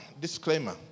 Disclaimer